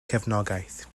cefnogaeth